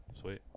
sweet